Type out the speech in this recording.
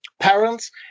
parents